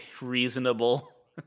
reasonable